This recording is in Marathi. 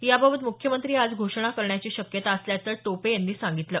याबाबत मुख्यमंत्री आज घोषणा करण्याची शक्यता असल्याचं टोपे यांनी सांगितलं